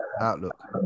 outlook